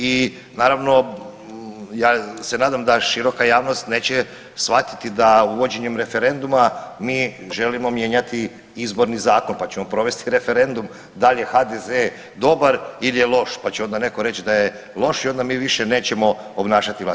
I naravno ja se nadam da široka javnost neće shvatiti da uvođenjem referendum mi želimo mijenjati izborni zakon, pa ćemo provesti referendum da li je HDZ dobar ili je loš, pa će onda neko reći da je loš i onda mi više nećemo obnašati vlast.